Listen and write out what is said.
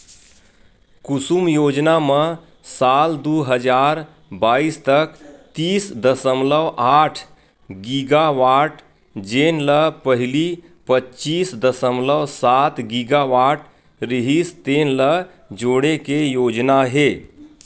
कुसुम योजना म साल दू हजार बाइस तक तीस दसमलव आठ गीगावाट जेन ल पहिली पच्चीस दसमलव सात गीगावाट रिहिस तेन ल जोड़े के योजना हे